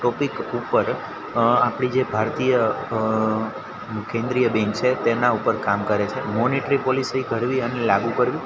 topic ઉપર આપણી જે ભારતીય કેન્દ્રીય બેન્ક છે તેના ઉપર કામ કરે છે મોનીટરી પોલિસી ઘડવી અને લાગુ કરવી